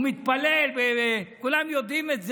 הוא מתפלל, וכולם יודעים את זה,